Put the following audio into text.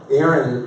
Aaron